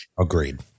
Agreed